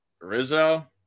Rizzo